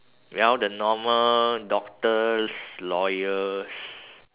well the normal doctors lawyers